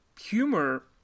humor